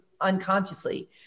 unconsciously